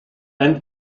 and